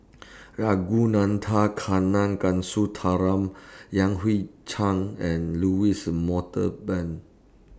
Ragunathar Kanagasuntheram Yan Hui Chang and Louis